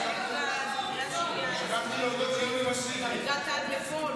שכחתי להודות ליוני מישרקי.